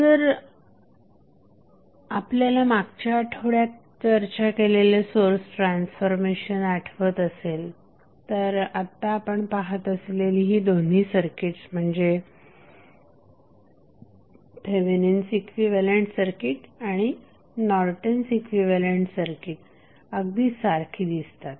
जर आपल्याला मागच्या आठवड्यात चर्चा केलेले सोर्स ट्रान्सफॉर्मेशन आठवत असेल तर आत्ता आपण पाहत असलेली ही दोन्ही सर्किट्स म्हणजे थेवेनिन्स इक्विव्हॅलंट सर्किट आणि नॉर्टन्स इक्विव्हॅलंट सर्किट अगदी सारखी दिसतात